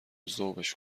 ذوبش